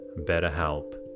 BetterHelp